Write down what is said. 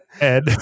Ed